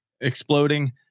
exploding